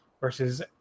versus